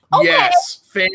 Yes